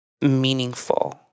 meaningful